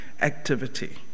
activity